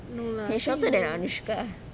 no lah I think